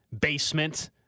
basement